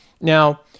Now